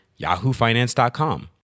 yahoofinance.com